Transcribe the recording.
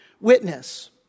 witness